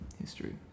history